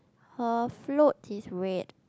her float is red